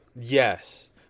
Yes